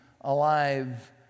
alive